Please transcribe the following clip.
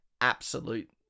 absolute